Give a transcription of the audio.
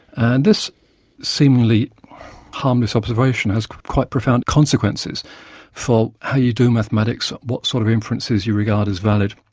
and this seemingly harmless observation has quite profound consequences for how you do mathematics, what sort of inferences you regard as valid,